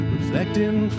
Reflecting